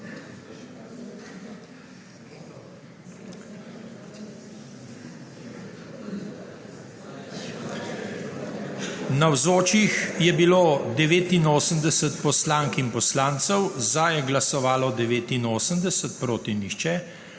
Navzočih je 89 poslank in poslancev, za je glasovalo 89, proti nihče.